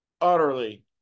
utterly